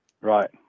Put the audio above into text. Right